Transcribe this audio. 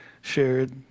shared